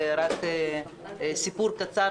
רק סיפור קצר,